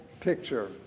picture